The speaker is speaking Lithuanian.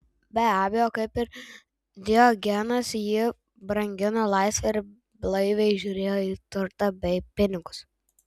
be abejo kaip ir diogenas ji brangino laisvę ir blaiviai žiūrėjo į turtą bei pinigus